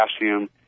calcium